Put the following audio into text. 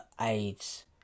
aids